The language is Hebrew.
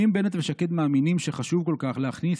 אם בנט ושקד מאמינים שחשוב כל כך להכניס